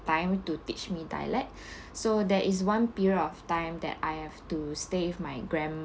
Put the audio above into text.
time to teach me dialect so there is one period of time that I have to stay with my grand~